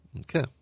Okay